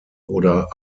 oder